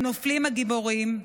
הנופלים הגיבורים,